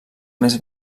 més